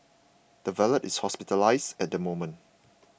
the valet is hospitalised at the moment